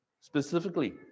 Specifically